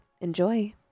Enjoy